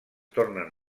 tornen